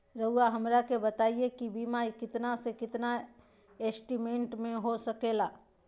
रहुआ हमरा के बताइए के बीमा कितना से कितना एस्टीमेट में हो सके ला?